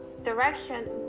direction